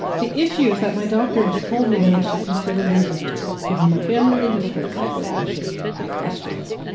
the issue is that my doctor has told me that i should consider losing weight given my family history of high blood pressure and cholesterol.